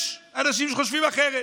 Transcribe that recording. יש אנשים שחושבים אחרת,